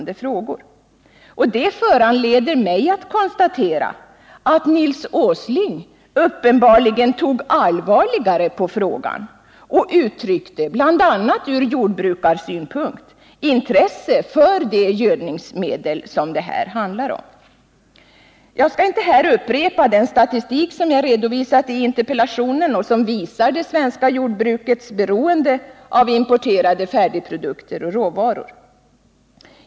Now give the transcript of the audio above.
Det föranleder mig att konstatera att Nils Åsling uppenbarligen tog allvarligare på frågan och uttryckte, bl.a. ur jordbrukarsynpunkt, intresse för det gödningsmedel som det här handlar om. Jag skall inte här upprepa den statistik som jag redovisat i interpellationen och som visar det svenska jordbrukets beroende av importerade färdigprodukter och råvaror.